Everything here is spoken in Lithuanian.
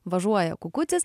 važuoja kukucis